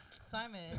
Simon